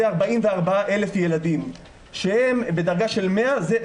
44,000 ילדים שהם בדרגה של 100% נכות.